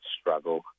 struggle